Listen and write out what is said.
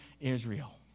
Israel